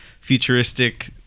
futuristic